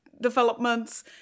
developments